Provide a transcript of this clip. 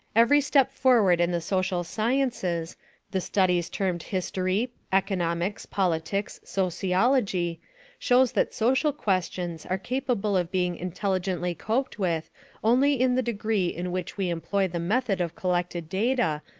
every step forward in the social sciences the studies termed history, economics, politics, sociology shows that social questions are capable of being intelligently coped with only in the degree in which we employ the method of collected data,